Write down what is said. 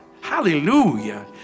Hallelujah